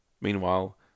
Meanwhile